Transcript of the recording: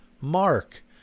Mark